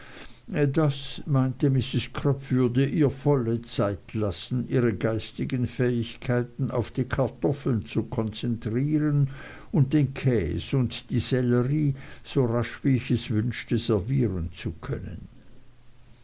das meinte mrs crupp würde ihr volle zeit lassen ihre geistigen fähigkeiten auf die kartoffeln zu konzentrieren und den käse und die sellerie so rasch wie ich es wünschte servieren zu können